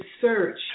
search